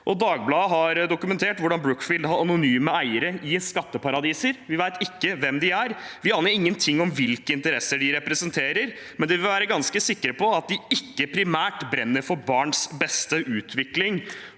Dagbladet har dokumentert hvordan Brookfield vil ha anonyme eiere i skatteparadiser. Vi vet ikke hvem de er, vi aner ingenting om hvilke interesser de representerer, men man kan være ganske sikker på at de ikke primært brenner for barns beste, utvikling